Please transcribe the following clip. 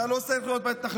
אתה לא צריך להיות בהתנחלויות.